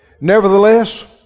Nevertheless